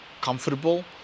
comfortable